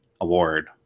award